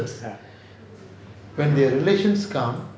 when their relations come